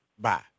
bye